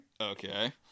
Okay